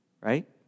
right